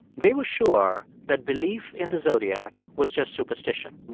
they were sure that belief in the zodiac was just superstition.